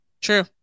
true